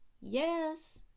Yes